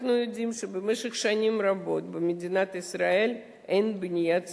אנחנו יודעים שבמשך שנים רבות במדינת ישראל אין בנייה ציבורית.